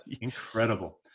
incredible